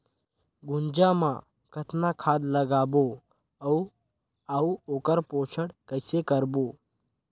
गुनजा मा कतना खाद लगाबो अउ आऊ ओकर पोषण कइसे करबो?